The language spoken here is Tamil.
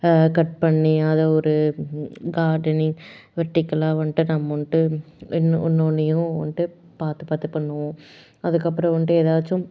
கட் பண்ணி அதை ஒரு கார்டனிங் வெர்ட்டிகலாக வந்துட்டு நம்ம வந்துட்டு இன்னு ஒன்று ஒன்றையும் வந்துட்டு பார்த்து பார்த்து பண்ணுவோம் அதுக்கப்புறம் வந்துட்டு ஏதாச்சும்